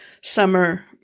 summer